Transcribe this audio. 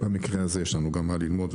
במקרה הזה יש לנו מה ללמוד,